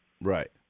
Right